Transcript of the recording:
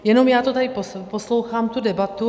Jenom, já to tady poslouchám, tu debatu.